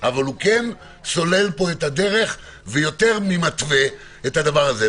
אבל כן נסללת פה הדרך ויותר ממתווה את הדבר הזה.